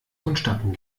vonstatten